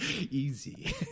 Easy